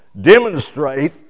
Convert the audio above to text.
demonstrate